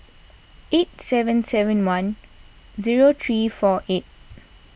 eight seven seven one zero three four eight